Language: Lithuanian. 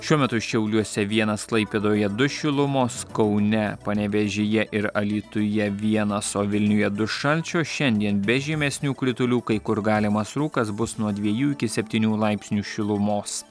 šiuo metu šiauliuose vienas klaipėdoje du šilumos kaune panevėžyje ir alytuje vienas o vilniuje du šalčio šiandien be žymesnių kritulių kai kur galimas rūkas bus nuo dviejų iki septynių laipsnių šilumos